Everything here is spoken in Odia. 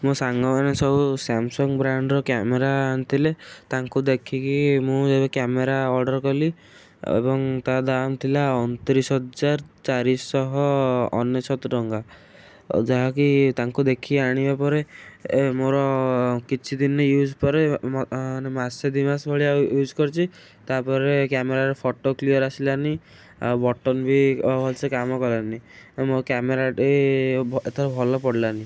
ମୋ ସାଙ୍ଗ ମାନେ ସବୁ ସାମସଙ୍ଗ୍ ବ୍ରାଣ୍ଡ୍ର କ୍ୟାମେରା ଆଣିଥିଲେ ତାଙ୍କୁ ଦେଖିକି ମୁଁ କ୍ୟାମେରା ଅର୍ଡ଼ର୍ କଲି ଏବଂ ତା ଦାମ୍ ଥିଲା ଅଣତିରିଶି ହଜାର ଚାରିଶହ ଅନେଶତ ଟଙ୍କା ଆଉ ଯାହାକି ତାଙ୍କୁ ଦେଖି ଆଣିବା ପରେ ମୋର କିଛି ଦିନ ୟୁଜ୍ ପରେ ମାସେ ଦୁଇ ମାସ ଭଳିଆ ୟୁଜ୍ କରିଛି ତା ପରେ କ୍ୟାମେରାର ଫଟୋ କ୍ଲିଅର୍ ଆସିଲାନି ଆଉ ବଟନ୍ ବି ଭଲ ସେ କାମ କଲାନି ମୋ କ୍ୟାମେରାଟି ଏଥର ଭଲ ପଡ଼ିଲାନି